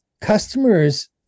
customers